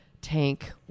tank